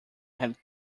had